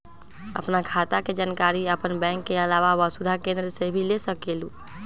आपन खाता के जानकारी आपन बैंक के आलावा वसुधा केन्द्र से भी ले सकेलु?